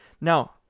Now